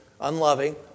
Unloving